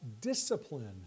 discipline